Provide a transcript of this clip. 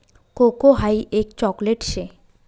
cocoa हाई एक chocolate शे